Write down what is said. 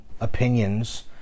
opinions